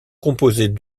composés